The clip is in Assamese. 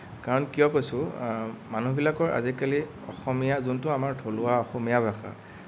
কাৰণ কিয় কৈছোঁ মানুহবিলাকৰ আজিকালি অসমীয়া যোনটো আমাৰ থলুৱা অসমীয়া ভাষা